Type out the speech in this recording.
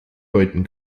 deuten